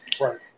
Right